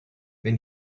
when